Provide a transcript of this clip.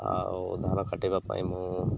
ଆଉ ଧାନ କାଟିବା ପାଇଁ ମୁଁ